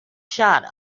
shot